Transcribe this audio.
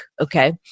okay